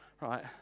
right